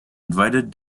invited